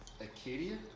Acadia